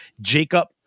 Jacob